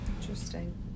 Interesting